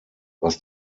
was